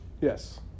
Yes